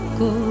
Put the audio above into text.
go